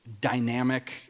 dynamic